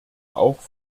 auch